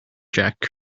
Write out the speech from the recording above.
jack